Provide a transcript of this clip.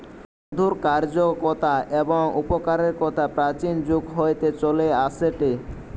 মধুর কার্যকতা এবং উপকারের কথা প্রাচীন যুগ হইতে চলে আসেটে